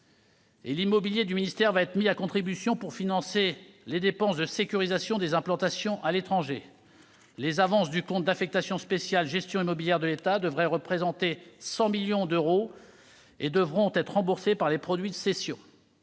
L'immobilier du ministère va être mis à contribution pour financer les dépenses de sécurisation des implantations à l'étranger. Les avances du compte d'affectation spéciale « Gestion immobilière de l'État » devraient représenter 100 millions d'euros, qui devront être remboursés par les produits de cession.